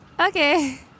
Okay